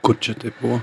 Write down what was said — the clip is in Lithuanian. kur čia tai buvo